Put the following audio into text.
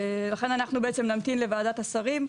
ולכן אנחנו בעצם נמתין לוועדת השרים,